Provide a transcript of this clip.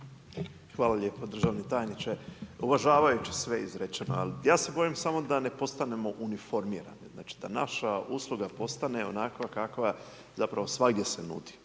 Hvala lijepo državni tajniče. Uvažavajući sve izrečeno, ja se bojim samo da ne postanemo uniformirani. Znači da naša usluga postane onakva kakva zapravo svagdje se nudi.